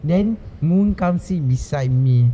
then moon come sit beside me